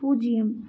பூஜ்ஜியம்